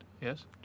Yes